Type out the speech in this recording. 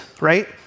right